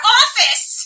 office